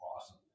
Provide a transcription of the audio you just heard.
awesome